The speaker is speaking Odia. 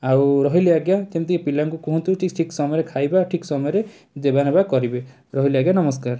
ଆଉ ରହିଲି ଆଜ୍ଞା ଯେମିତି ପିଲାଙ୍କୁ କୁହନ୍ତୁ ଠିକ୍ ସମୟରେ ଖାଇବା ଠିକ୍ ସମୟରେ ଦେବାନେବା କରିବେ ରହିଲି ଆଜ୍ଞା ନମସ୍କାର